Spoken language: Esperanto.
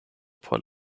por